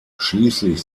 schließlich